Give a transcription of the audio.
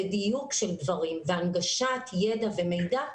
דיוק של דברים והנגשת ידע ומידע,